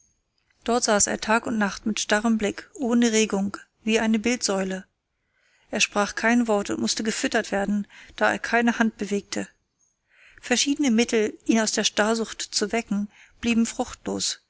dort saß er tag und nacht mit starrem blick ohne regung wie eine bildsäule er sprach kein wort und mußte gefüttert werden da er keine hand bewegte verschiedene mittel ihn aus der starrsucht zu wecken blieben fruchtlos